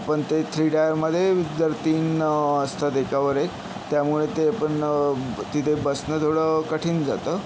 पण ते थ्री टायरमध्ये जर तीन असतात एकावर एक त्यामुळे ते पण तिथे बसणं थोडं कठीण जातं